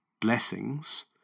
blessings